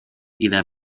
إذا